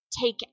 take